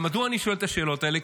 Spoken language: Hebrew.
מדוע אני שואל את השאלות האלו?